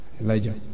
Elijah